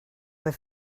but